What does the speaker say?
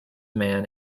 man